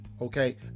Okay